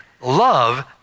love